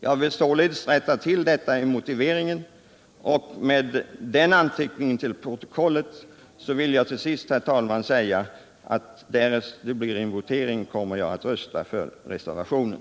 Jag vill således rätta till detta i motiveringen. 89 Med denna anteckning till protokollet, herr talman, vill jag meddela att jag därest det blir en votering kommer att rösta för reservationen